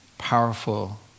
powerful